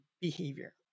behavior